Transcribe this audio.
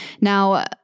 Now